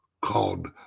called